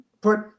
put